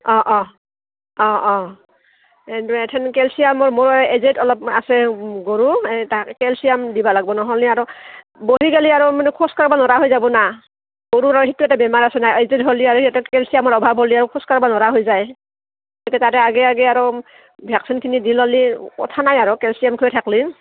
অঁ অঁ অঁ অঁ এই কেলছিয়ামৰ মোৰ অলপ আছে গৰু এই তাক কেলছিয়াম দিবা লাগব নহ'লে আৰু বহি গেলি আৰু মানে নৰা হৈ যাব না গৰুৰ আৰু সেইটো এটা বেমাৰ আছে নাই সিহঁতে কেলছিয়ামৰ অভাৱ হ'লি আৰু খোজকাঢ়িব নৰা হৈ যায় গতিকে তাতে আগে আগে আৰু ভেকচিনখিনি দি ল'লি কথা নাই আৰু কেলছিয়ামকৈে থাকলি